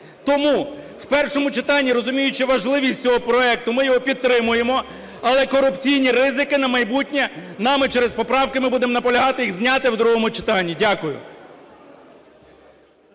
Тому в першому читанні, розуміючи важливість цього проекту, ми його підтримуємо, але корупційні ризики на майбутнє нами через поправки ми будемо наполягати їх зняти в другому читанні. Дякую.